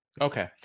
Okay